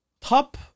Top